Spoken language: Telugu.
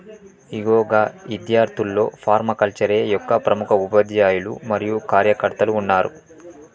ఇగో గా ఇద్యార్థుల్లో ఫర్మాకల్చరే యొక్క ప్రముఖ ఉపాధ్యాయులు మరియు కార్యకర్తలు ఉన్నారు